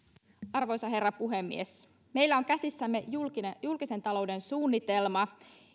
arvoisa herra puhemies meillä on käsissämme julkisen talouden suunnitelma